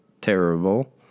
terrible